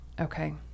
Okay